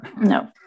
no